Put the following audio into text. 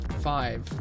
Five